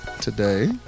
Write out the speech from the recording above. today